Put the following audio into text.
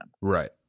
Right